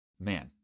Man